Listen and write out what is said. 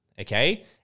Okay